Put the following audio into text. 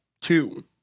two